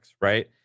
right